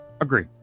Agree